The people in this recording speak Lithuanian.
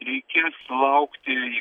reikės laukti